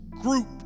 group